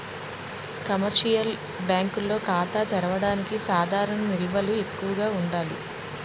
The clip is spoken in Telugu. కమర్షియల్ బ్యాంకుల్లో ఖాతా తెరవడానికి సాధారణ నిల్వలు ఎక్కువగా ఉండాలి